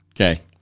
Okay